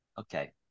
Okay